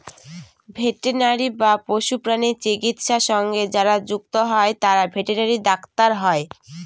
veterinary বা পশুপ্রাণী চিকিৎসা সঙ্গে যারা যুক্ত হয় তারা ভেটেনারি ডাক্তার হয়